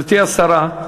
גברתי השרה,